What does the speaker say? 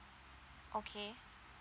okay